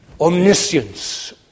Omniscience